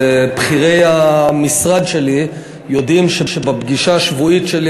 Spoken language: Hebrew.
ובכירי המשרד שלי יודעים שבפגישה השבועית שלי,